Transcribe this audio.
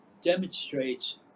demonstrates